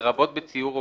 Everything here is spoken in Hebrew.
לרבות בציור או